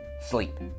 sleep